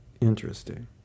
interesting